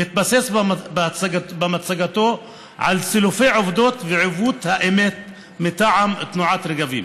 והתבסס בהצגתו על סילופי עובדות ועיוות האמת מטעם תנועת רגבים,